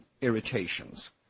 irritations